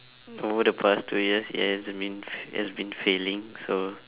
over the past two years it has been it has been failing so